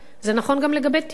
זה נכון גם לגבי טיולים,